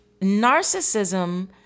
narcissism